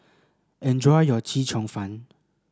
enjoy your Chee Cheong Fun